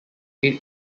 eight